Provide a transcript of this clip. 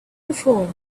before